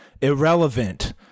irrelevant